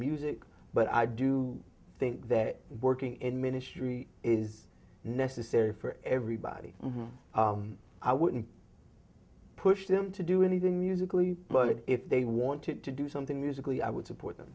music but i do think that working in ministry is necessary for everybody i wouldn't push them to do anything musically but if they wanted to do something musically i would support